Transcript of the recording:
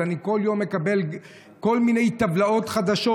ואני כל יום מקבל כל מיני טבלאות חדשות,